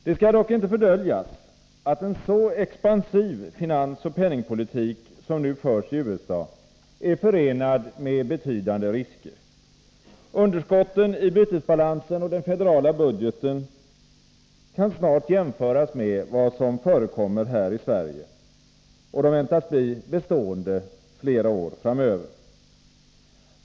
Det skall dock inte fördöljas, att en så expansiv finansoch penningpolitik som nu förs i USA är förenad med betydande risker. Underskotten i bytesbalansen och den federala budgeten kan snart jämföras med vad som förekommer här i Sverige, och de väntas bli bestående flera år framöver.